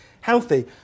healthy